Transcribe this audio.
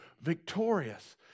victorious